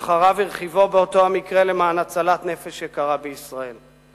אך הרב הרחיבו באותו המקרה למען הצלת נפש יקרה מאוד בישראל.